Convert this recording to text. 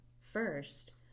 first